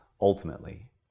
ultimately